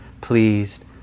pleased